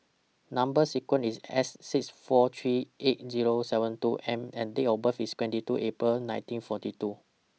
Number sequence IS S six four three eight Zero seven two M and Date of birth IS twenty two April nineteen forty two